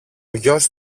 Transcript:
γιος